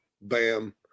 Bam